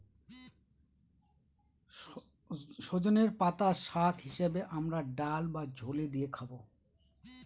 সজনের পাতা শাক হিসেবে আমরা ডাল বা ঝোলে দিয়ে খাবো